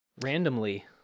Randomly